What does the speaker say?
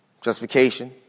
Justification